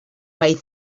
way